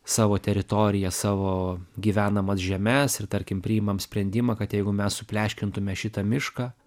savo teritoriją savo gyvenamas žemes ir tarkim priimam sprendimą kad jeigu mes supleškintume šitą mišką